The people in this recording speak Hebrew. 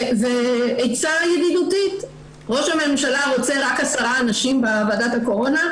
עצה ידידותית: ראש המשלה רוצה רק עשרה אנשים בוועדת הקורונה?